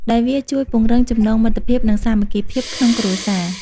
ដោយវាជួយ ពង្រឹងចំណងមិត្តភាព និងសាមគ្គីភាពក្នុងគ្រួសារ។